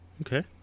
Okay